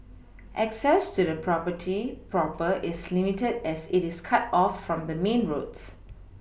access to the property proper is limited as it is cut off from the main roads